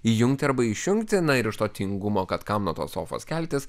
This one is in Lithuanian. įjungti arba išjungti na ir iš to tingumo kad kam nuo tos sofos keltis